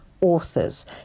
authors